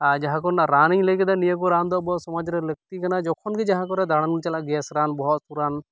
ᱟᱨ ᱡᱟᱦᱟᱸᱠᱚ ᱨᱮᱱᱟᱜ ᱨᱟᱱᱤᱧ ᱞᱟᱹᱭ ᱠᱮᱫᱟ ᱱᱤᱭᱟᱹᱠᱚ ᱨᱟᱱᱫᱚ ᱟᱹᱵᱩᱣᱟᱜ ᱥᱚᱢᱟᱡᱽᱨᱮ ᱞᱟᱹᱜᱛᱤ ᱠᱟᱱᱟ ᱡᱚᱠᱷᱚᱱᱜᱮ ᱡᱟᱦᱟᱸ ᱠᱚᱨᱮ ᱫᱟᱬᱟᱱᱵᱚ ᱪᱟᱞᱟᱜᱼᱟ ᱜᱮᱥ ᱨᱟᱱ ᱵᱚᱦᱚᱜ ᱦᱟᱹᱥᱩ ᱨᱟᱱ